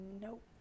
Nope